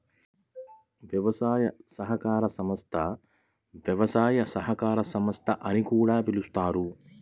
వ్యవసాయ సహకార సంస్థ, వ్యవసాయ సహకార సంస్థ అని కూడా పిలుస్తారు